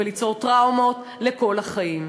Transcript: גם ליצור טראומות לכל החיים.